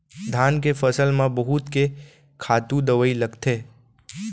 धान के फसल म बहुत के खातू दवई लगथे